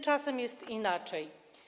Tymczasem jest inaczej.